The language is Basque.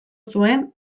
zuen